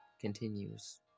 continues